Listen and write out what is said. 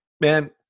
man